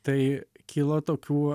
tai kilo tokių